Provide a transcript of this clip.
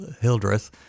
Hildreth